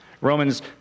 Romans